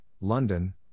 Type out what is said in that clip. London